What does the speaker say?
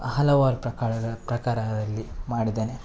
ಹಲವಾರು ಪ್ರಕಾರಗಳ ಪ್ರಕಾರದಲ್ಲಿ ಮಾಡಿದ್ದೇನೆ